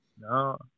no